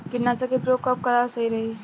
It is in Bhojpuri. कीटनाशक के प्रयोग कब कराल सही रही?